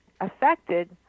affected